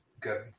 good